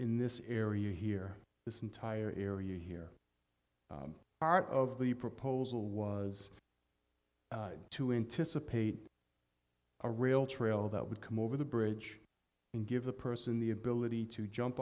in this area here this entire area here art of the proposal was to anticipate a rail trail that would come over the bridge and give a person the ability to jump